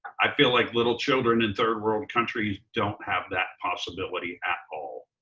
i feel like little children in third world countries don't have that possibility at all,